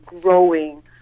growing